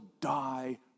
die